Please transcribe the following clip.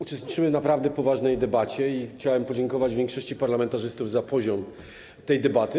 Uczestniczymy w naprawdę poważnej debacie i chciałem podziękować większości parlamentarzystów za poziom tej debaty.